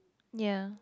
yea